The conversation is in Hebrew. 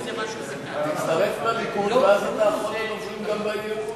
תצטרף לליכוד ואז אתה אחרון הדוברים גם באי-אמון.